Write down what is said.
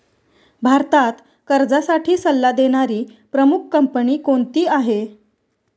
भारतात कर्जासाठी सल्ला देणारी प्रमुख कंपनी कोणती आहे?